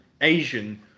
Asian